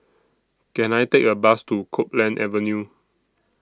Can I Take A Bus to Copeland Avenue